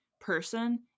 person